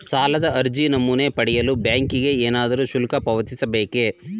ಸಾಲದ ಅರ್ಜಿ ನಮೂನೆ ಪಡೆಯಲು ಬ್ಯಾಂಕಿಗೆ ಏನಾದರೂ ಶುಲ್ಕ ಪಾವತಿಸಬೇಕೇ?